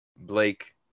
Blake